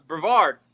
Brevard